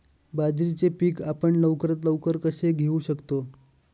बाजरीचे पीक आपण लवकरात लवकर कसे घेऊ शकतो?